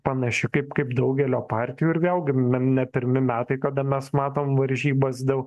panaši kaip kaip daugelio partijų ir vėlgi ne ne pirmi metai kada mes matom varžybas dėl